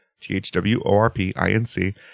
T-H-W-O-R-P-I-N-C